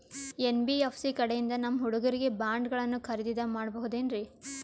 NBFC ಕಡೆಯಿಂದ ನಮ್ಮ ಹುಡುಗರಿಗೆ ಬಾಂಡ್ ಗಳನ್ನು ಖರೀದಿದ ಮಾಡಬಹುದೇನ್ರಿ?